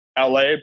LA